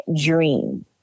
dream